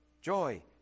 joy